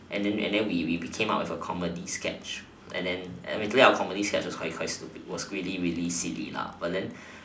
and then and then we we came up as a comedy scratch and then our comedy scratch was quite stupid was really really silly lah and then